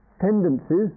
tendencies